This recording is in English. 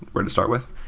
where to start with.